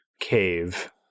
cave